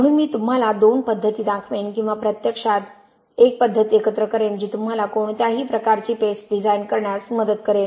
म्हणून मी तुम्हाला दोन पद्धती दाखवेन किंवा प्रत्यक्षात एक पद्धत एकत्र करेन जी तुम्हाला कोणत्याही प्रकारची पेस्ट डिझाइन करण्यात मदत करेल